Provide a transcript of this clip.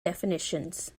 definitions